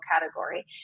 category